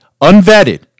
unvetted